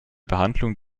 behandlung